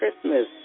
Christmas